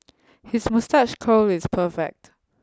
his moustache curl is perfect